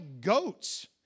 goats